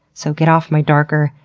so get off my darker,